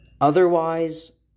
Otherwise